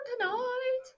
tonight